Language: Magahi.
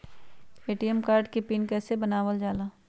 ए.टी.एम कार्ड के पिन कैसे बनावल जाला?